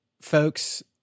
folks